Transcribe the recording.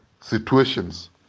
situations